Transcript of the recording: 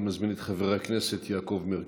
אני מזמין את חבר הכנסת יעקב מרגי,